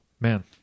man